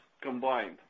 combined